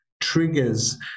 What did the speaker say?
triggers